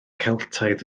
celtaidd